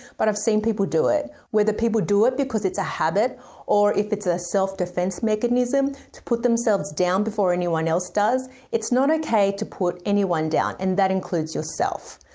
but i've seen people do it. whether people do it because it's a habit or if it's a self-defense mechanism to put themselves down before anyone else does, it's not okay to put anyone down and that includes yourself.